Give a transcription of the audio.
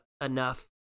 enough